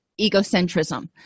egocentrism